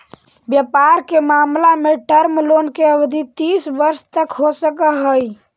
व्यापार के मामला में टर्म लोन के अवधि तीस वर्ष तक हो सकऽ हई